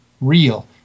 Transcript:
real